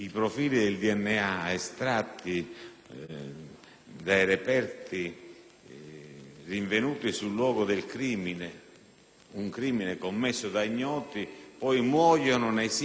dai reperti rinvenuti sul luogo di un crimine commesso da ignoti muoiono nei singoli fascicoli e non vengono,